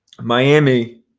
Miami